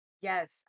Yes